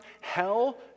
Hell